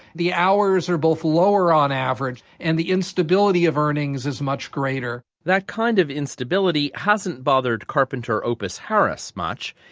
the hours are both lower on average, and the instability of earnings is much greater. that kind of instability hasn't bothered carpenter opis harris much.